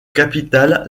capitale